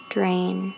Drain